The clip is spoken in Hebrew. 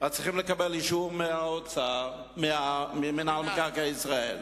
צריך לקבל אישור ממינהל מקרקעי ישראל.